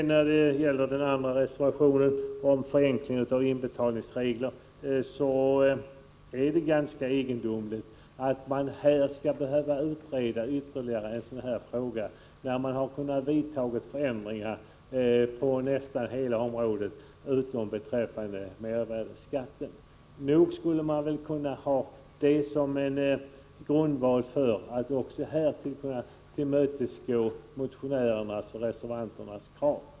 När det gäller den andra reservationen om förenkling av inbetalningsreglerna finner jag det ganska egendomligt att en sådan fråga skall behöva utredas ytterligare, när man har kunnat vidta förändringar på nästan alla områden utom beträffande mervärdeskatten. Nog skulle man väl kunna ha tillräcklig grund för att också här tillmötesgå motionärernas och reservanternas krav.